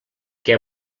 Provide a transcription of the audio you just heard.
què